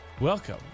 Welcome